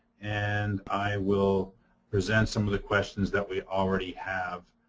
and i will present some of the questions that we already have